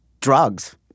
Drugs